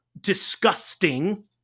disgusting